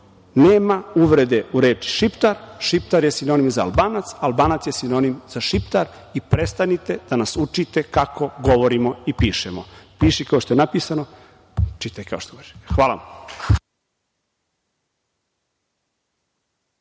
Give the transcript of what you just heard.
nema uvrede u reči Šiptar. Šiptar je sinonim za Albanac, Albanac je sinonim za Šiptar i prestanite da nas učite kako govorimo i pišemo. Piši kao što je napisano, čitaj kao što govoriš. Hvala